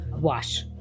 wash